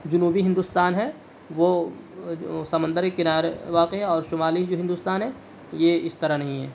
جنوبی ہندوستان ہے وہ سمندری کنارے واقع ہے اور شمالی جو ہندوستان ہے یہ اس طرح نہیں ہے